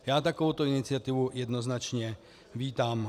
Já takovouto iniciativu jednoznačně vítám.